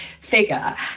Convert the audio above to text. figure